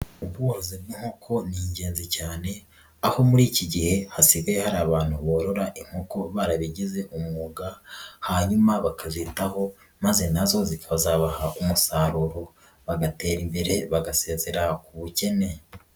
Ubworozi bw'inkoko ni ingenzi cyane aho muri iki gihe hasigaye hari abantu borora inkoko barabigize umwuga hanyuma bakazitaho maze na zo zikazabaha umusaruro bagatera imbere bagasezera ubukene.